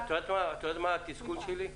את יודעת מה התסכול שלי?